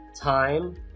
time